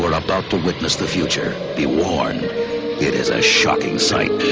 about to witness the future, be warned it is a shocking sight.